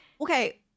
Okay